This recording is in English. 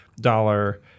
dollar